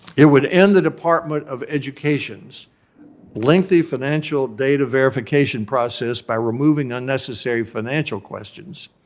it would end the department of education's lengthy financial data verification process by removing unnecessary financial questions.